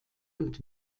und